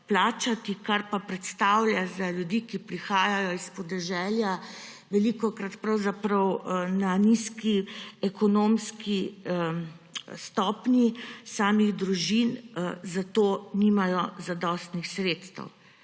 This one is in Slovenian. kar pa predstavlja za ljudi, ki prihajajo s podeželja, velikokrat pravzaprav na nizki ekonomski stopnji samih družin, problem, ker za to nimajo zadostnih sredstev.